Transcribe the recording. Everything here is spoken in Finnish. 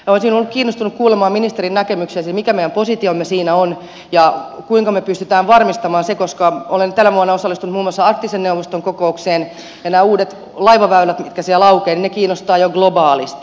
olisin ollut kiinnostunut kuulemaan ministerin näkemyksen siitä mikä meidän positiomme siinä on ja kuinka me pystymme varmistamaan sen koska olen tänä vuonna osallistunut muun muassa arktisen neuvoston kokoukseen ja nämä uudet laivaväylät mitkä siellä aukeavat kiinnostavat jo globaalisti